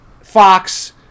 Fox